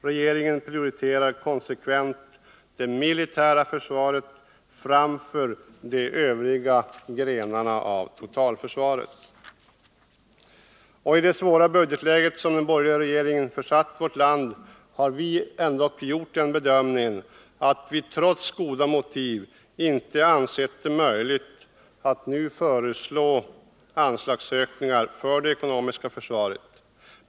Regeringen prioriterar konsekvent det militära försvaret framför de övriga grenarna av totalförsvaret. I det svåra budgetläge som den borgerliga regeringen försatt vårt land i har vi gjort den bedömningen att vi trots goda motiv inte ansett det möjligt att nu föreslå anslagsökningar för det ekonomiska försvaret.